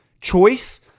choice